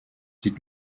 sieht